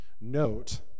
Note